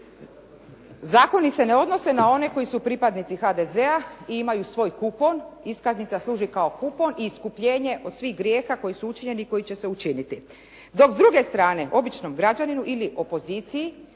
Zakoni se ne odnose na one koji su pripadnici HDZ-a i imaju svoj kupon, iskaznica služi kao kupon i iskupljenje od svih grijeha koji su učinjeni i koji će se učiniti. Dok s druge strane običnom građaninu ili opoziciji